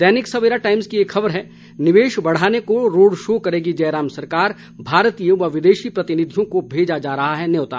दैनिक Savera Times की एक खबर है निवेश बढ़ाने को रोड शो करेगी जयराम सरकार भारतीय व विदेशी प्रतिनिधियों को भेजा जा रहा न्यौता